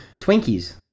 Twinkies